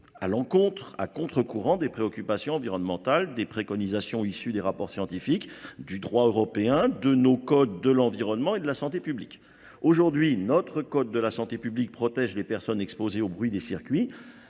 à l'encontre à contre-courant des préoccupations environnementales, des préconisations issues des rapports scientifiques, du droit européen, de nos codes de l'environnement et de la santé publique. Aujourd'hui, notre code de la santé publique protège les personnes exposées au bruit des circuits.